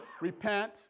Repent